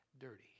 dirty